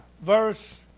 verse